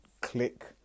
click